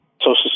social